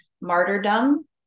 martyrdom